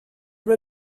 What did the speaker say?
mae